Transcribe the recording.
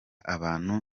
abantu